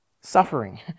suffering